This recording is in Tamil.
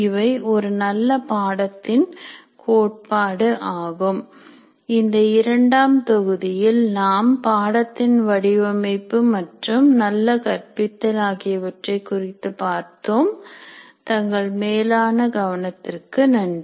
இவை ஒரு நல்ல பாடத்தின் கோட்பாடு ஆகும் இந்த இரண்டாம் தொகுதியில் நாம் பாடத்தின் வடிவமைப்பு மற்றும் நல்ல கற்பித்தல் ஆகியவற்றைப் குறித்து பார்த்தோம் தங்கள் மேலான கவனத்திற்கு நன்றி